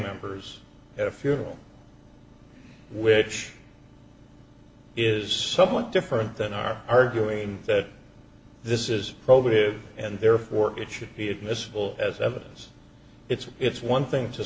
members at a funeral which is somewhat different than are arguing that this is probative and therefore it should be admissible as evidence it's it's one thing to